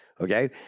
Okay